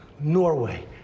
Norway